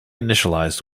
initialized